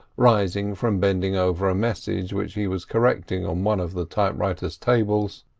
rising from bending over a message which he was correcting on one of the typewriters' tables,